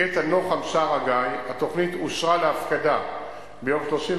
קטע נחם שער-הגיא: התוכנית אושרה להפקדה ביום 31